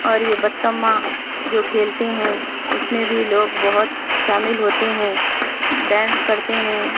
اور یہ بتمہ جو کھیلتے ہیں اُس میں بھی لوگ بہت شامل ہوتے ہیں ڈانس کرتے ہیں